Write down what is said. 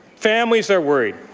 families are worried.